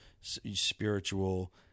spiritual